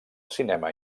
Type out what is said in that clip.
cinema